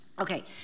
Okay